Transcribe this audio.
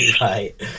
right